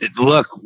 look